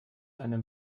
einem